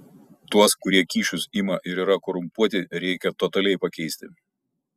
tuos kurie kyšius ima ir yra korumpuoti reikia totaliai pakeisti